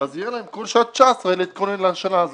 אז יהיה להם את כל שנת 2019 להתכונן לשנה הזו.